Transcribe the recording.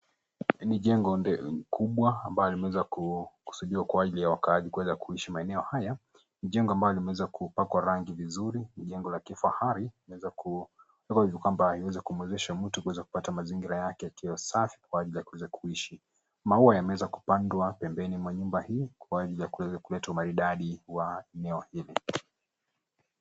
Ni jengo nde kubwa ambalo limeweza ku kusudiwa kwa ajili ya wakazi kuweza kuishi maeneo haya, ni jengo ambalo limeweza kupangwa rangi vizuri ni jengo la kifahari limeweza ku limeweza hivi kwamba limeweza kumwezesha mtu kupata mazingira yake yakiwa safi kwa ajili ya kuweza kuishi. Maua yameweza kupandwa pembeni mwa nyumba hii kwa ajili ya kuweza kuleta umaridadi wa eneo hili.